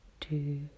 two